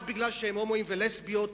רק מפני שהם הומואים ולסביות,